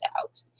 out